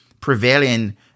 prevailing